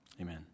amen